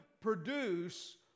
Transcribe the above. produce